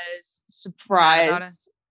surprised